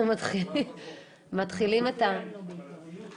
לא מפחידה וזה יתבטא כמובן בנושא של ביטול הבידודים.